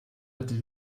hatte